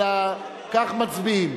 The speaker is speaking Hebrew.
כך מצביעים.